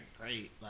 great